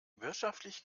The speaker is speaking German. wirtschaftlich